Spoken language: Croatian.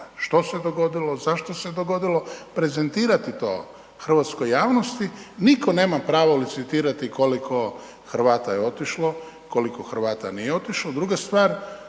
što se dogodilo, zašto se dogodilo, prezentirati to hrvatskoj javnosti, niko nema pravo licitirati koliko Hrvata je otišlo, koliko Hrvata nije otišlo.